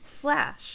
slash